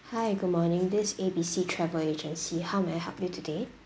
hi good morning this is A B C travel agency how may I help you today